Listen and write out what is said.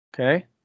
Okay